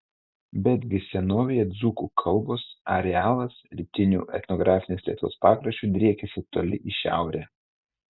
betgi senovėje dzūkų kalbos arealas rytiniu etnografinės lietuvos pakraščiu driekėsi toli į šiaurę